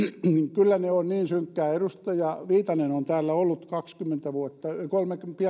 kyllä ne ovat niin synkkiä kun edustaja viitanen on täällä ollut kaksikymmentä vuotta pian kolmekymmentä